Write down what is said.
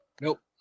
Nope